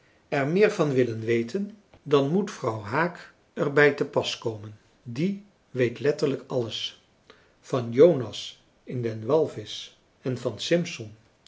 er meer van willen weten dan moet vrouw haak er bij te pas komen die weet letterlijk alles van jonas in den walvisch en van simson